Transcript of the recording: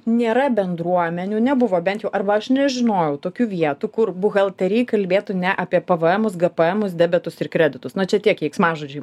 nėra bendruomenių nebuvo bent jau arba aš nežinojau tokių vietų kur buhalteriai kalbėtų ne apie pvemus gpemus debetus ir kreditus na čia tie keiksmažodžiai